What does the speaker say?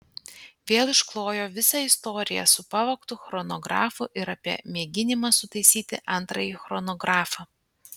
vėl išklojo visą istoriją su pavogtu chronografu ir apie mėginimą sutaisyti antrąjį chronografą